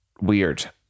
weird